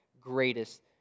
greatest